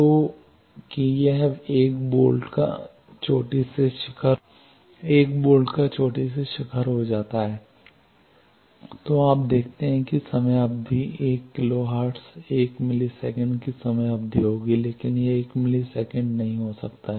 तो कि यह 1 वोल्ट का चोटी से शिखर हो जाता है तो आप देखते हैं कि समय अवधि 1 किलो हर्ट्ज़ 1 मिलीसेकंड की समय अवधि होगी लेकिन यह 1 मिलीसेकंड नहीं हो सकता है